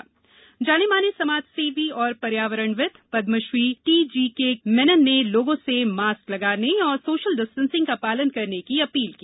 corona appeal जाने माने समाजसेवी और पर्यावरणविद् Padmashri T G K Menon ने लोगों से मास्क लगाने और सोशल डिस्टेंसिंग का पालन करने की अपील की